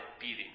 beating